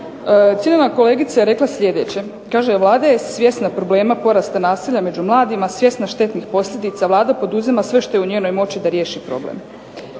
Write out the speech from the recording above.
Cijenjena kolegica je rekla slijedeće, kaže Vlada je svjesna problema porasta nasilja među mladima, svjesna štetnih posljedica, Vlada poduzima sve što je u njenoj moći da riješi problem.